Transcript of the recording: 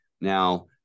now